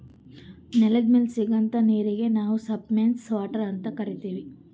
ನೆಲದ್ ಮ್ಯಾಲ್ ಸಿಗಂಥಾ ನೀರೀಗಿ ನಾವ್ ಸರ್ಫೇಸ್ ವಾಟರ್ ಅಂತ್ ಕರೀತೀವಿ